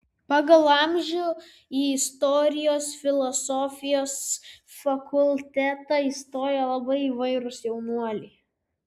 pagal amžių į istorijos filosofijos fakultetą įstojo labai įvairūs jaunuoliai